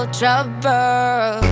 trouble